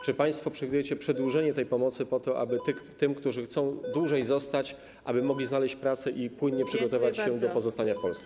Czy państwo przewidujecie przedłużenie tej pomocy, po to aby ci, którzy chcą dłużej zostać, mogli znaleźć pracę i płynnie przygotować się do pozostania w Polsce?